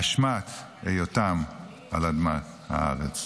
באשמת היותם על אדמת הארץ.